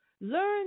learn